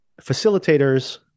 facilitators